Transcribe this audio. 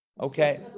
Okay